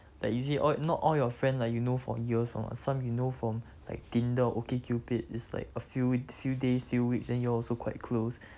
like is it all not all your friend like you know for years or not some you know from like tinder okcupid is like a few few days few weeks then you all also quite close